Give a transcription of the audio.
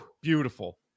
Beautiful